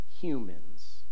humans